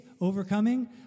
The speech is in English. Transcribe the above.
overcoming